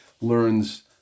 learns